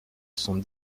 sont